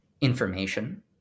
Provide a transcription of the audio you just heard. information